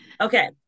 Okay